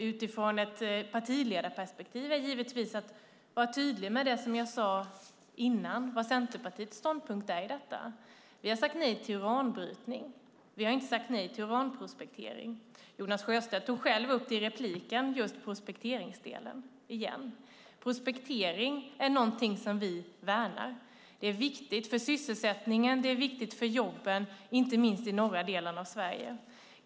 Utifrån ett partiledarperspektiv vill jag givetvis vara tydlig med det som jag sade tidigare om vad Centerpartiets ståndpunkt är i detta. Vi har sagt nej till uranbrytning. Vi har inte sagt nej till uranprospektering. Jonas Sjöstedt tog själv upp just prospekteringsdelen i repliken igen. Prospektering är något som vi värnar. Det är viktigt för sysselsättningen. Det är viktigt för jobben, inte minst i norra delen av Sverige.